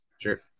Sure